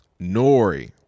nori